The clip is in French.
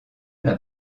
n’a